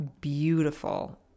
beautiful